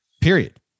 period